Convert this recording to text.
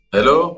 Hello